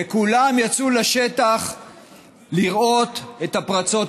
וכולם יצאו לשטח לראות את הפרצות